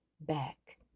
back